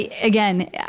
Again